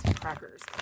crackers